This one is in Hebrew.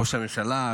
ראש הממשלה,